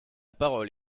parole